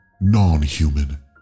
non-human